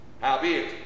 Howbeit